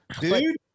dude